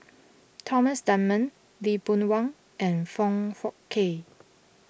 Thomas Dunman Lee Boon Wang and Foong Fook Kay